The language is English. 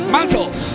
Mantles